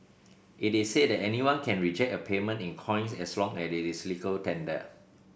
it is said that anyone can reject a payment in coins as long as it is legal tender